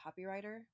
copywriter